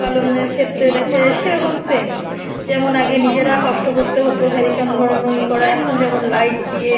পালনের ক্ষেত্রে দেখা যায় সেরকম সেম যেমন আগে নিজেরা কষ্ট কোত্তে হতো হ্যারিকেন ধরানো এই করা এখন যেমন লাইট দিয়ে